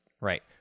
Right